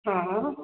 हा